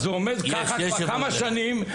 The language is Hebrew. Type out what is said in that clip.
אז זה עומד ככה כבר כמה שנים,